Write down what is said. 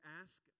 ask